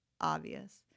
obvious